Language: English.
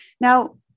Now